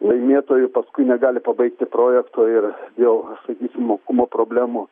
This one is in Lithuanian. laimėtojų paskui negali pabaigti projekto ir dėl sakysim mokumo problemų